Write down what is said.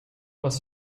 was